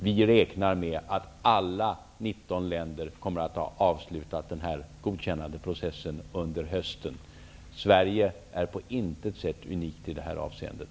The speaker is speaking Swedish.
Vi räknar med att alla 19 länder kommer att ha avslutat den här godkännandeprocessen under hösten. Sverige är på intet sätt unikt i det här avseendet.